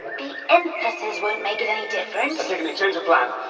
the emphasis won't make it any different. antigone, change of plan.